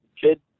kid